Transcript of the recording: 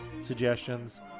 suggestions